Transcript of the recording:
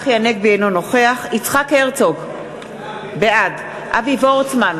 אינו נוכח יצחק הרצוג, בעד אבי וורצמן,